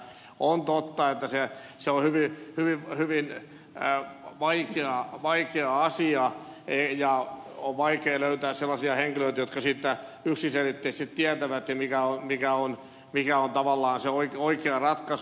on totta että se on hyvin vaikea asia ja on vaikea löytää sellaisia henkilöitä jotka tietävät siitä yksiselitteisesti ja sen mikä on tavallaan se oikea ratkaisu